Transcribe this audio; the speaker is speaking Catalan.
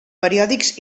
periòdics